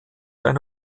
eine